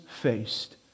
faced